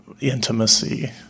intimacy